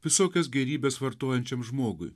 visokias gėrybes vartojančiam žmogui